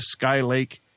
Skylake